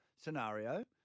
scenario